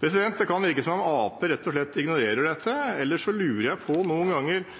Det kan virke som om Arbeiderpartiet rett og slett ignorerer dette, eller så lurer jeg noen ganger